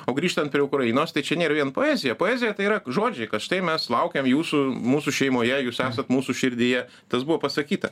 o grįžtant prie ukrainos tai čia nėra vien poezija poezija tai yra žodžiai kad štai mes laukiam jūsų mūsų šeimoje jūs esat mūsų širdyje tas buvo pasakyta